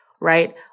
right